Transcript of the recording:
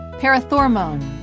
parathormone